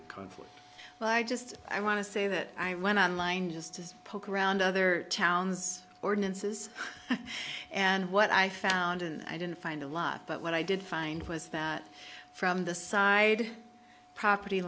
a conflict but i just i want to say that i went online just to poke around other towns ordinances and what i found and i didn't find a lot but what i did find was that from the side property